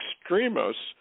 extremists